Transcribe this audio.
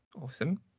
awesome